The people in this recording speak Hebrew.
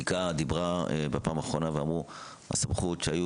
מטרת החוק הפסיקה דיברה בפעם האחרונה ואמרו שהסמכות שהיו